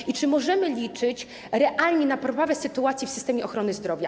I czy możemy liczyć realnie na poprawę sytuacji w systemie ochrony zdrowia?